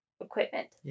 equipment